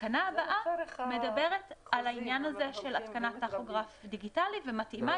התקנה הבאה מדברת על העניין של התקנת טכוגרף דיגיטלי ומתאימה